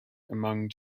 among